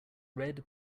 red